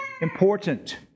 important